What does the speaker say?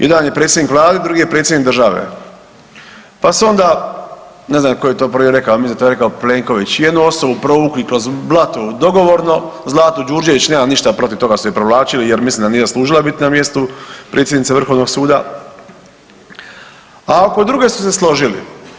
Jedan je predsjednik Vlade, drugi je predsjednik države, pa se onda ne znam tko je to prvi rekao, mislim da je to rekao Plenković jednu osobu provukli kroz blato dogovorno, Zlatu Đurđević nemam ništa protiv toga su je provlačili jer mislim da nije zaslužila biti na mjestu predsjednice Vrhovnog suda, a oko druge su se složili.